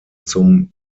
zum